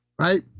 right